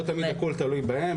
לא תמיד הכל תלוי בהם,